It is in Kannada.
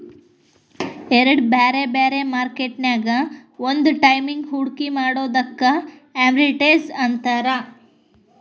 ಎರಡ್ ಬ್ಯಾರೆ ಬ್ಯಾರೆ ಮಾರ್ಕೆಟ್ ನ್ಯಾಗ್ ಒಂದ ಟೈಮಿಗ್ ಹೂಡ್ಕಿ ಮಾಡೊದಕ್ಕ ಆರ್ಬಿಟ್ರೇಜ್ ಅಂತಾರ